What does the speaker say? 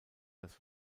das